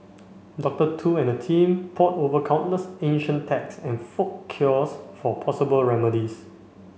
Doctor Tu and her team pored over countless ancient texts and folk cures for possible remedies